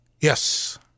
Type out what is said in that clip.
Yes